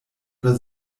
oder